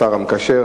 השר המקשר,